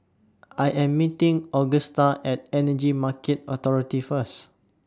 I Am meeting Augusta At Energy Market Authority First